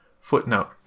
Footnote